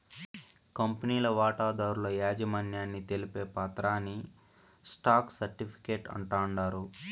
కంపెనీల వాటాదారుల యాజమాన్యాన్ని తెలిపే పత్రాని స్టాక్ సర్టిఫీకేట్ అంటాండారు